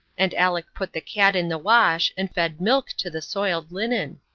and aleck put the cat in the wash and fed milk to the soiled linen.